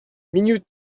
minute